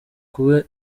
kuba